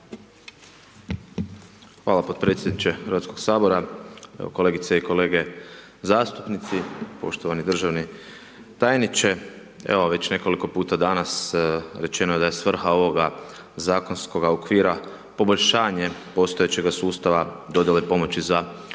Hvala potpredsjedniče HS-a. Evo, kolegice i kolege zastupnici, poštovani državni tajniče, evo već nekoliko puta danas rečeno je da je svrha ovoga zakonskoga okvira poboljšanje postojećeg sustava dodjele pomoći za